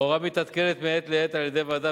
ההוראה מתעדכנת מעת לעת על-ידי ועדה